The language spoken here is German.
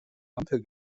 ampel